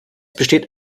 besteht